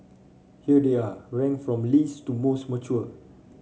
here they are ranked from least to most mature